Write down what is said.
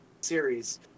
series